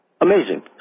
Amazing